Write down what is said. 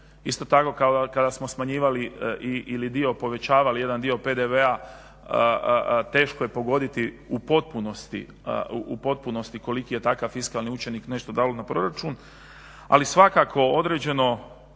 Isto tako kada smo smanjivali ili dio povećavali jedan dio PDV-a teško je pogoditi u potpunosti koliki je takav fiskalni učinak nešto dalo na proračun. Ali svakako određeno,